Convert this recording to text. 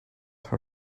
her